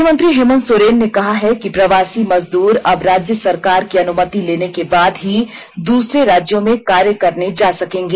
मुख्यमंत्री हेमन्त सोरेन ने कहा है कि प्रवासी मजदूर अब राज्य सरकार की अनुमति लेने के बाद ही दूसरे राज्यों में कार्य करने हेत् जा सकेंगे